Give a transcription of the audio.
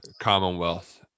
Commonwealth